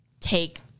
take